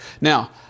Now